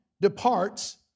departs